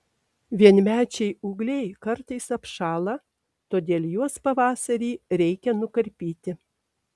vienmečiai ūgliai kartais apšąla todėl juos pavasarį reikia nukarpyti